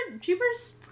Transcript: Cheaper's